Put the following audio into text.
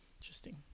Interesting